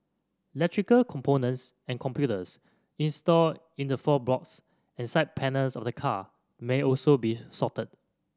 electrical components and computers installed in the floorboards and side panels of the car may also be shorted